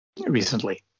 recently